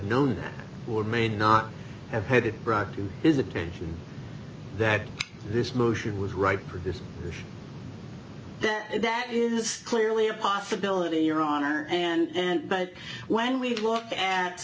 known that or may not have had it brought to his attention that this motion was right for this and that is clearly a possibility your honor and but when we look at